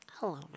Hello